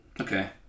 Okay